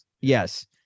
Yes